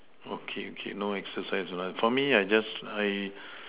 okay okay no exercise for me I just I